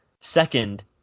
second